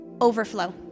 overflow